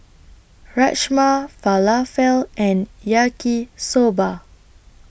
Rajma Falafel and Yaki Soba